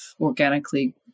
organically